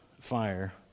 fire